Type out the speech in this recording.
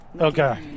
Okay